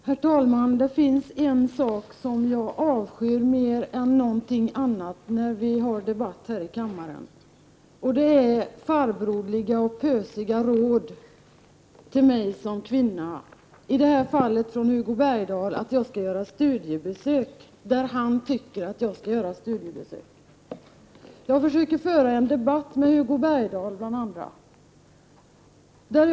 Herr talman! Det finns en sak som jag avskyr mer än någonting annat när vi har debatter här i kammaren, och det är farbroderliga och pösiga råd till mig som kvinna. I det här fallet säger Hugo Bergdahl att jag skall göra studiebesök där han tycker att jag skall göra studiebesök! Jag försöker föra en debatt med bl.a. Hugo Bergdahl.